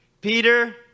Peter